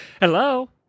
Hello